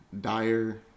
dire